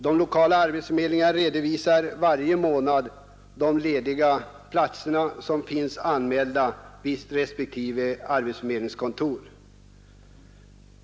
De lokala arbetsförmedlingarna redovisar varje månad de lediga platser som finns anmälda vid respektive arbetsförmedlingskontor.